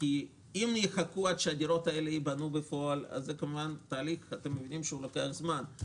אם יחכו עד שהדירות האלה ייבנו בפועל אז זה כמובן תהליך שלוקח זמן.